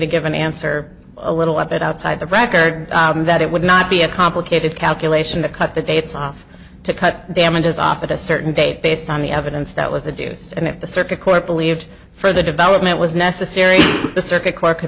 to give an answer a little bit outside the record that it would not be a complicated calculation to cut the dates off to cut damages off at a certain date based on the evidence that was a dues and if the circuit court believed for the development was necessary the circuit c